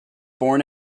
born